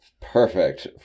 perfect